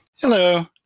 Hello